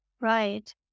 Right